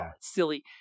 Silly